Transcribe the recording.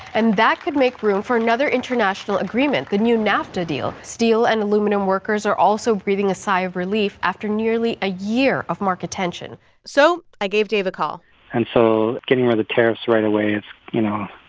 and that could make room for another international agreement the new nafta deal. steel and aluminum workers are also breathing a sigh of relief after nearly a year of market tension so i gave dave a call and so getting rid of tariffs right away is, you know